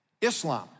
Islam